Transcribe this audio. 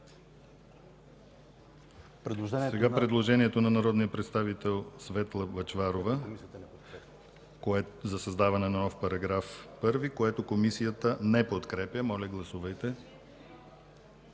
Сега предложението на народния представител Светла Бъчварова за създаване на нов § 1, което Комисията не подкрепя. Моля, гласувайте.